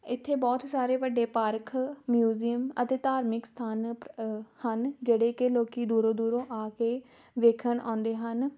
ਇੱਥੇ ਬਹੁਤ ਸਾਰੇ ਵੱਡੇ ਪਾਰਕ ਮਿਊਜ਼ੀਅਮ ਅਤੇ ਧਾਰਮਿਕ ਸਥਾਨਕ ਹਨ ਜਿਹੜੇ ਕਿ ਲੋਕ ਦੂਰੋਂ ਦੂਰੋਂ ਆ ਕੇ ਵੇਖਣ ਆਉਂਦੇ ਹਨ